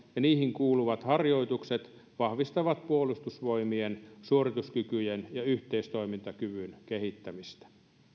niihin kuuluvat harjoitukset vahvistavat puolustusvoimien suorituskykyjen ja yhteistoimintakyvyn kehittämistä